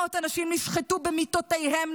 מאות אנשים נשחטו במיטותיהם,